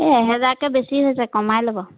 এহেজাৰকৈ বেছি হৈছে কমাই ল'ব